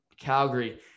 Calgary